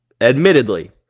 Admittedly